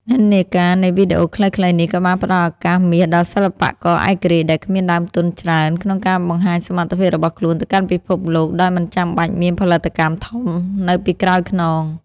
និន្នាការនៃវីដេអូខ្លីៗនេះ ក៏បានផ្ដល់ឱកាសមាសដល់សិល្បករឯករាជ្យដែលគ្មានដើមទុនច្រើន ក្នុងការបង្ហាញសមត្ថភាពរបស់ខ្លួនទៅកាន់ពិភពលោកដោយមិនចាំបាច់មានផលិតកម្មធំនៅពីក្រោយខ្នង។